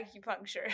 acupuncture